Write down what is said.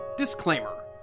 Disclaimer